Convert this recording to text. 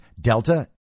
Delta